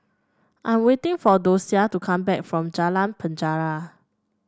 I'm waiting for Dosia to come back from Jalan Penjara